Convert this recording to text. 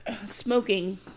Smoking